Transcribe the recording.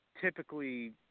typically